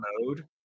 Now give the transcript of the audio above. mode